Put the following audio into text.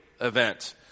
event